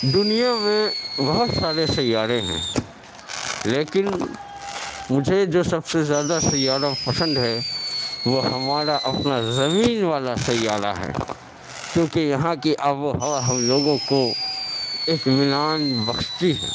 دنیا میں بہت سارے سیارے ہیں لیکن مجھے جو سب سے زیادہ سیارہ پسند ہے وہ ہمارا اپنا زمین والا سیارہ ہے کیونکہ یہاں کی آب و ہوا ہم لوگوں کو اطمینان بخشتی ہے